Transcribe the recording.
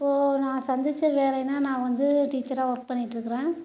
இப்போ நான் சந்தித்த வேலைன்னா நான் வந்து டீச்சராக ஒர்க் பண்ணிகிட்டு இருக்கிறேன்